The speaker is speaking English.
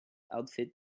outfit